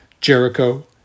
jericho